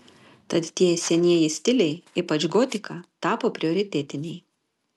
tad tie senieji stiliai ypač gotika tapo prioritetiniai